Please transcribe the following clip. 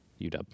UW